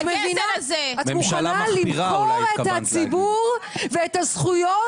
את מוכנה למכור את הציבור ואת הזכויות